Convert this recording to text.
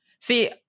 See